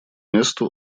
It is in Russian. месту